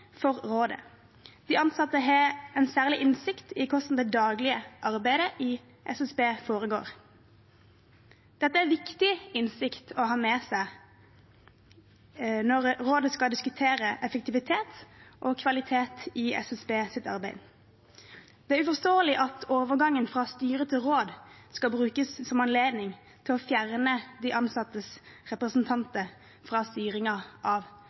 for rådet. De ansatte har en særlig innsikt i hvordan det daglige arbeidet i SSB foregår. Dette er viktig innsikt å ha med seg når rådet skal diskutere effektivitet og kvalitet i SSBs arbeid. Det er uforståelig at overgangen fra styre til råd skal brukes som anledning til å fjerne de ansattes representanter fra styringen av